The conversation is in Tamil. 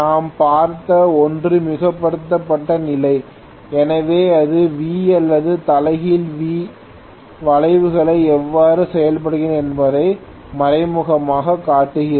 நாம் பார்த்த ஒன்று மிகைப்படுத்தப்பட்ட நிலை எனவே இது V அல்லது தலைகீழ் V வளைவுகள் எவ்வாறு செயல்படுகின்றன என்பதை மறைமுகமாகக் காட்டுகிறது